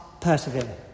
persevere